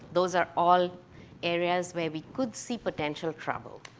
those are all areas where we could see potential trouble.